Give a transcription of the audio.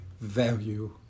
value